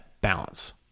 balance